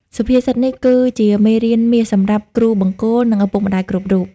សុភាសិតនេះគឺជាមេរៀនមាសសម្រាប់គ្រូបង្គោល និងឪពុកម្ដាយគ្រប់រូប។